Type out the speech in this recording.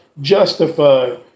justified